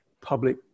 public